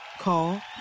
Call